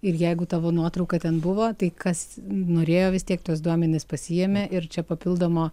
ir jeigu tavo nuotrauka ten buvo tai kas norėjo vis tiek tuos duomenis pasiėmė ir čia papildomo